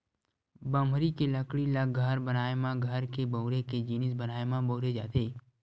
बमरी के लकड़ी ल घर बनाए म, घर के बउरे के जिनिस बनाए म बउरे जाथे